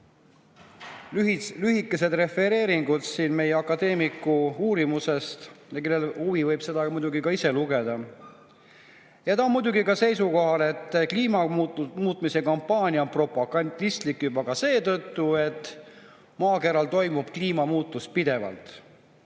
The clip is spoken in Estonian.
lühikese refereeringu meie akadeemiku uurimusest. Kellel on huvi, see võib seda muidugi ise lugeda. Lippmaa on muidugi ka seisukohal, et kliima muutmise kampaania on propagandistlik juba ka seetõttu, et maakeral toimub kliimamuutus pidevalt.